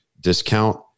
discount